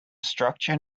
structure